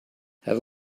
have